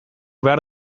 behar